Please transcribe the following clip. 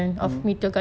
um